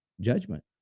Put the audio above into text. judgment